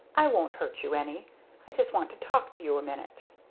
i won't hurt you any i just want to talk to you a minute.